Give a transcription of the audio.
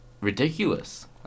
ridiculous